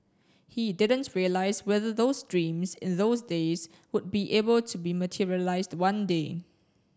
he didn't realise whether those dreams in those days would be able to be materialised one day